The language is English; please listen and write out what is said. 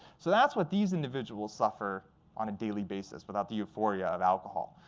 so that's what these individuals suffer on a daily basis, without the euphoria of alcohol.